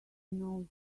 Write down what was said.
knows